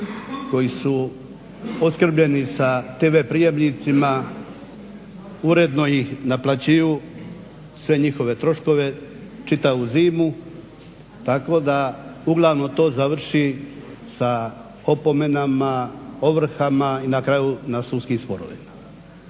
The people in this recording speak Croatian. koji su opskrbljeni sa tv prijemnicima uredno ih naplaćuju sve njihove troškove čitavu zimu. Tako da uglavnom to završi sa opomenama, ovrhama i na kraju na sudskim sporovima.